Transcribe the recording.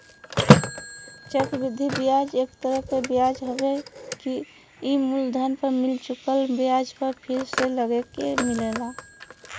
चक्र वृद्धि ब्याज एक तरह क ब्याज हउवे ई मूलधन पर मिल चुकल ब्याज पर फिर से लगके मिलेला